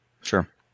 Sure